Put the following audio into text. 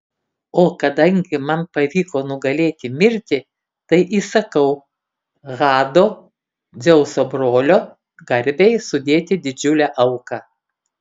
o kadangi man pavyko nugalėti mirtį tai įsakau hado dzeuso brolio garbei sudėti didžiulę auką